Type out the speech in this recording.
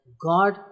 God